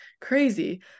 crazy